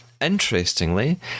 Interestingly